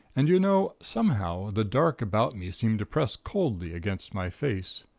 and, you know, somehow the dark about me seemed to press coldly against my face.